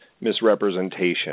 misrepresentation